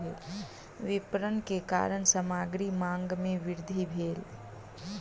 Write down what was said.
विपरण के कारण सामग्री मांग में वृद्धि भेल